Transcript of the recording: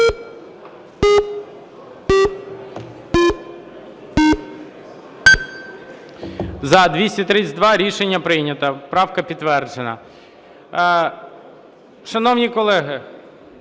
За-232 Рішення прийнято, правка підтверджена. Шановні колеги,